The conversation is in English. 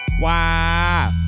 wow